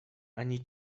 ani